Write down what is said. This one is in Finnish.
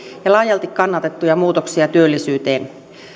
ja laajalti kannatettuja muutoksia työllisyyteen